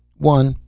one.